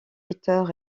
peter